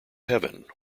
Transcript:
heaven